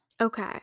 okay